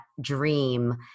dream